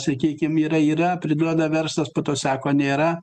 sakykim yra yra priduoda verslas po to sako nėra